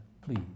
please